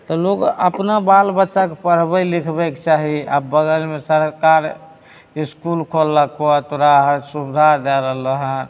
तऽ लोग अपना बालबच्चाके पढ़बै लिखबैके चाही आब बगलमे सरकार इसकूल खोललको तोरा हर सुबिधा दए रहलो हँ